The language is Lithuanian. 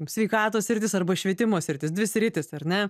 sveikatos sritis arba švietimo sritis dvi sritys ar ne